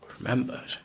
Remembered